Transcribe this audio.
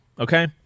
Okay